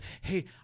Hey